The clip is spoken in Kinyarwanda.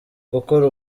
gukora